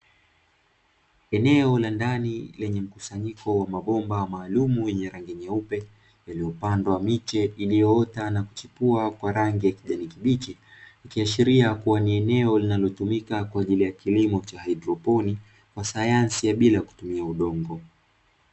Eneo la ndani lenye mkusanyiko wa mabomba maalumu yenye rangi nyeupe, yaliyopandwa miche iliyoota na kuchipua kwa rangi ya kijani kibichi, ikiashiria kuwa ni eneo linalotumika kwa ajili ya kilimo cha haidroponi; kwa sayansi ya bila kutumia udongo.